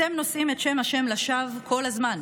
אתם נושאים את שם ה' לשווא כל הזמן.